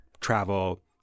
travel